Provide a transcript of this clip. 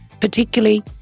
Particularly